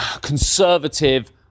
conservative